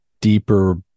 deeper